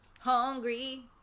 hungry